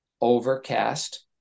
overcast